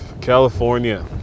California